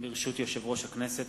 ברשות יושב-ראש הכנסת,